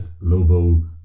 Lobo